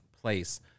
place